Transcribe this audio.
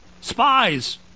Spies